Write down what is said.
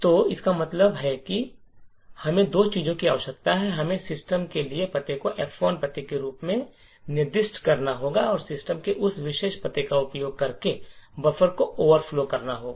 तो इसका मतलब है कि हमें दो चीजों की आवश्यकता है हमें सिस्टम के लिए पते को F1 पते के रूप में निर्दिष्ट करना होगा और सिस्टम के उस विशेष पते का उपयोग करके बफर को ओवरफ्लो करना होगा